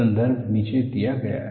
संदर्भ नीचे दिया गया है